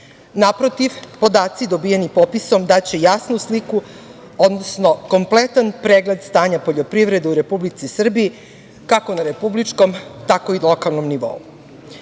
Naprotiv, podaci dobijeni popisom daće jasnu sliku, odnosno kompletan pregled stanja poljoprivrede u Republici Srbiji, kako na republičkom, tako i na lokalnom